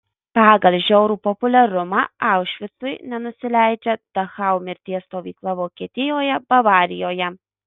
pagal žiaurų populiarumą aušvicui nenusileidžia dachau mirties stovykla vokietijoje bavarijoje